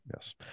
yes